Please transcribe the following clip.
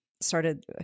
started